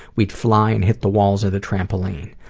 we'd fly and hit the walls of the trampoline.